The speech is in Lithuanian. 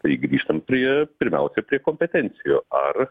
tai grįžtant prie pirmiausia prie kompetencijų ar